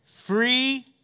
Free